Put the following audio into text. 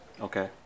okay